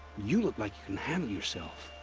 you look like you can handle yourself!